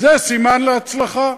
וזה סימן להצלחה.